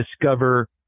discover